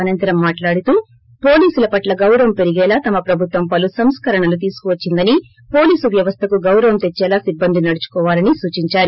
అనంతరం మాట్లాడుతూ పోలీసుల పట్ల గౌరవం పెరిగేలా తమ ప్రభుత్వం పలు సంస్కరణలు తీసుకువచ్చిందని పోలీసు వ్వవస్తకు గౌరవం తెచ్చేలా సిబ్బంది నడుచుకోవాలని సూచించారు